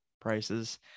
prices